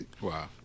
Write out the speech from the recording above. Wow